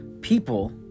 people